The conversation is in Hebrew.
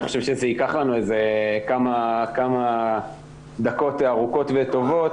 אני חושב שזה ייקח לנו כמה דקות ארוכות וטובות.